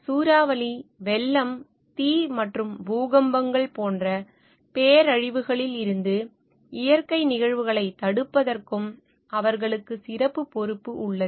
சூறாவளி வெள்ளம் தீ மற்றும் பூகம்பங்கள் போன்ற பேரழிவுகளில் இருந்து இயற்கை நிகழ்வுகளைத் தடுப்பதற்கும் அவர்களுக்கு சிறப்புப் பொறுப்பு உள்ளது